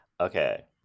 Okay